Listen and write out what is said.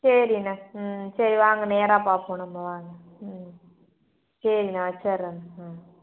சரிண்ணே ம் சரி வாங்கள் நேராக பார்ப்போம் நம்ம வாங்க ம் சரிண்ணே வச்சுறேண்ணே ஆ